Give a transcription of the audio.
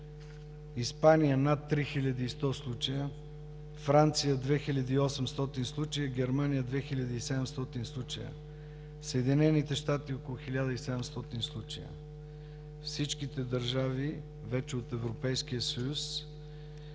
Испания – над 3100 случая, във Франция –2800 случая, в Германия – 2700 случая, в Съединените щати около 1700 случая. Всичките държави вече от Европейския съюз